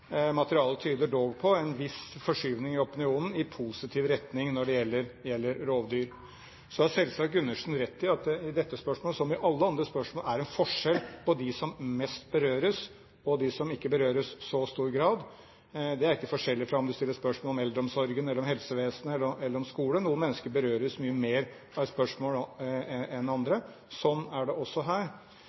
Materialet tyder dog på en viss forskyvning i opinionen i positiv retning når det gjelder rovdyr. Så har selvsagt Gundersen rett i at det i dette spørsmålet, som i alle andre spørsmål, er en forskjell på dem som mest berøres, og dem som ikke berøres i så stor grad. Det er ikke forskjellig fra om du stiller spørsmål om eldreomsorgen, om helsevesenet eller om skolen. Noen mennesker berøres mye mer av et spørsmål enn andre. Sånn er det også her.